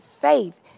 faith